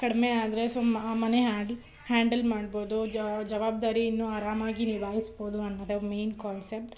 ಕಡಿಮೆ ಆದರೆ ಸುಮ್ಮ ಮನೆ ಹ್ಯಾಡ್ಲ್ ಹ್ಯಾಂಡಲ್ ಮಾಡ್ಬೋದು ಜಾ ಜವಾಬ್ದಾರಿ ಇನ್ನೂ ಆರಾಮಾಗಿ ನಿಭಾಯಿಸ್ಬೋದು ಅನ್ನೋದೇ ಮೈನ್ ಕಾನ್ಸೆಪ್ಟ್